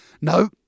no